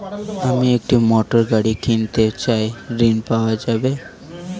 আমি একটি মোটরগাড়ি কিনতে চাই ঝণ পাওয়া যাবে?